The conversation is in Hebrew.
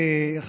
תודה.